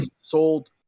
sold